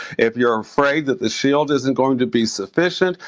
if you're afraid that the shield isn't going to be sufficient,